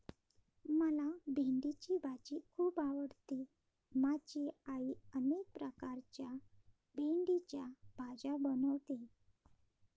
मला भेंडीची भाजी खूप आवडते माझी आई अनेक प्रकारच्या भेंडीच्या भाज्या बनवते